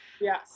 yes